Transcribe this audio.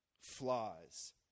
flies